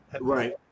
right